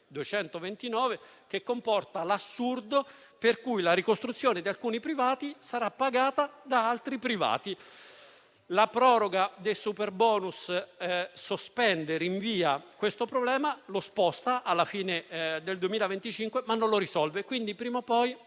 2016, che comporta l'assurdo per cui la ricostruzione di alcuni privati sarà pagata da altri privati. La proroga del superbonus sospende e rinvia questo problema, spostandolo alla fine del 2025 ma non risolvendolo. Quindi, prima o poi